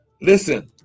Listen